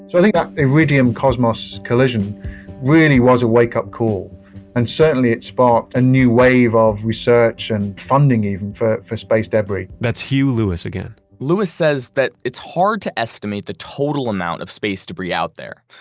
like that iridium-cosmos collision really was a wake-up call and certainly, it sparked a new wave of research and funding even for for space debris that's hugh lewis again lewis says that it's hard to estimate the total amount of space debris out there,